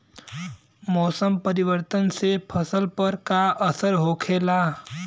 मौसम परिवर्तन से फसल पर का असर होखेला?